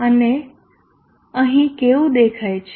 તે અહીં કેવું દેખાય છે